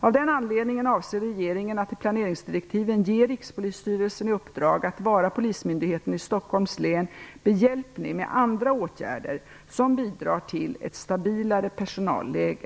Av den anledningen avser regeringen att i planeringsdirektiven ge Rikspolisstyrelsen i uppdrag att vara Polismyndigheten i Stockholms län behjälplig med andra åtgärder, som bidrar till ett stabilare personalläge.